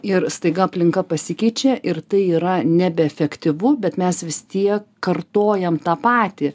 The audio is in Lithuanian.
ir staiga aplinka pasikeičia ir tai yra nebeefektyvu bet mes vis tiek kartojam tą patį